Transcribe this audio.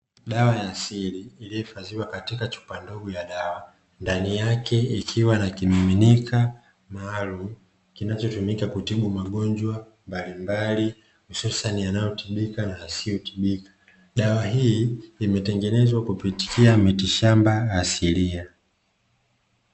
Dawa ya asili iliyo hifadhiwa katika chupa ndogo ya dawa, ndani yake ikiwa na kimiminika maalum kinacho tumika kutibu magonjwa mbalimbali hususani yanayo tibika na yasiyo tibika. Dawa hii imetengenezwa kws kupitia miti shamba asilia